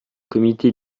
comité